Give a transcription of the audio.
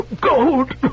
Gold